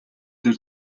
дээр